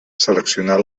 seleccionar